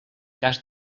cas